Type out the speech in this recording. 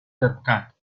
termcat